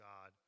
God